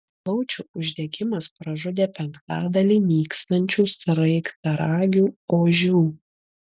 plaučių uždegimas pražudė penktadalį nykstančių sraigtaragių ožių